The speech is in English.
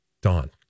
Dawn